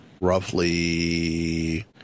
roughly